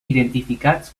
identificats